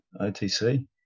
OTC